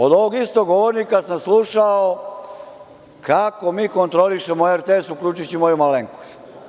Od ovog istog govornika sam slušao kako mi kontrolišemo RTS, uključujući i moju malenkost.